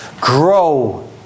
grow